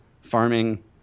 farming